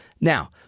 Now